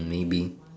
maybe